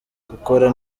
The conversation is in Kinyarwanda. gukora